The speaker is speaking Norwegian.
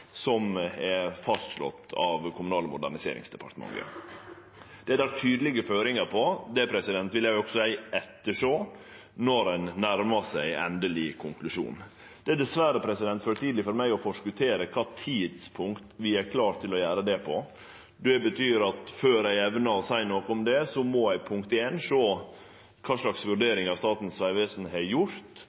som er slått fast av Kommunal- og moderniseringsdepartementet. Det er det tydelege føringar på. Det vil eg også ettersjå når ein nærmar seg endeleg konklusjon. Det er dessverre for tidleg for meg å forskottere på kva tidspunkt vi er klare til å gjere det. Det betyr at før eg evnar å seie noko om det, må eg sjå kva slags vurderingar Statens vegvesen har gjort,